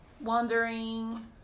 wondering